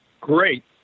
great